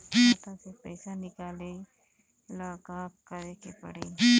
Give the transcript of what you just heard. खाता से पैसा निकाले ला का का करे के पड़ी?